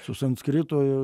su sanskrito